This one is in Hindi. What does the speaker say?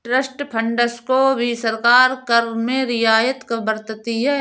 ट्रस्ट फंड्स को भी सरकार कर में रियायत बरतती है